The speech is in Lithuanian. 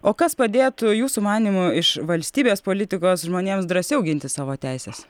o kas padėtų jūsų manymu iš valstybės politikos žmonėms drąsiau ginti savo teises